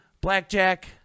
Blackjack